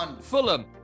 Fulham